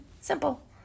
simple